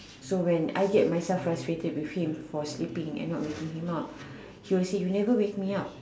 so when I get myself frustrated with him for sleeping and not waking him up he'll say you never wake me up